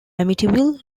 amityville